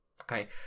Okay